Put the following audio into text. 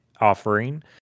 offering